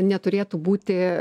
neturėtų būti